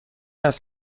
است